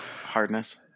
hardness